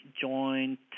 joint